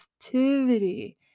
positivity